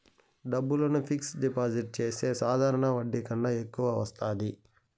డబ్బులను fixed deposit చేస్తే సాధారణ వడ్డీ కన్నా ఎక్కువ వత్తాది